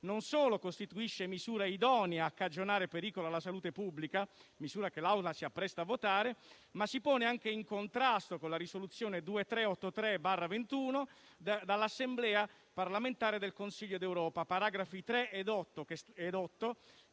non solo costituisce misura idonea a cagionare pericolo alla salute pubblica (misura che l'Aula si appresta a votare), ma si pone anche in contrasto con la Risoluzione 2383/21 dall'Assemblea Parlamentare del Consiglio D'Europa, Paragrafi 3 ed 8,